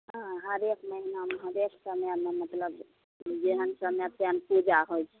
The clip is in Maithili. हँ हरेक महिनामे हरेक समयमे मतलब जेहन समय तेहन पूजा होइ छै